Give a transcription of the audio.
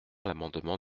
l’amendement